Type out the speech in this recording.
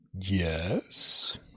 Yes